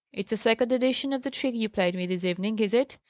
it's a second edition of the trick you played me this evening, is it?